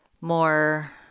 more